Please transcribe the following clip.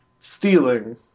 stealing